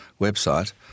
website